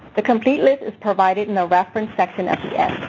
the complete list is provided in a reference section at the end.